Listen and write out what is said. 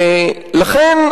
ולכן,